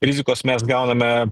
rizikos mes gauname